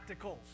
practicals